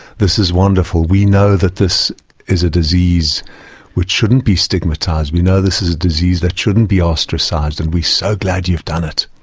this is wonderful, we know that this is a disease which shouldn't be stigmatised, we know this is a disease that shouldn't be ostracised and we're so glad you've done it.